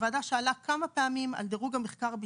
הוועדה שאלה כמה פעמים על דירוג המחקר הביטחוני,